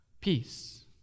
Peace